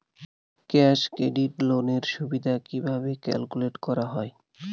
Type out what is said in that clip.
Cash credit loan এর সুদ কিভাবে ক্যালকুলেট করা হয়?